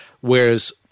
Whereas